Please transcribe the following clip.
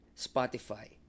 Spotify